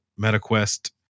MetaQuest